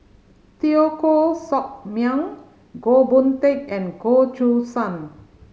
Teo Koh Sock Miang Goh Boon Teck and Goh Choo San